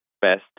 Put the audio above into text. best